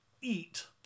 eat